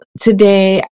today